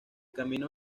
camino